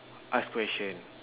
ask question